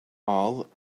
all